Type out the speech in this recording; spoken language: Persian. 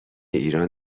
ایران